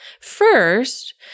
First